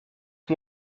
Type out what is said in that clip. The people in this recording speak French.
que